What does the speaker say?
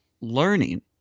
learning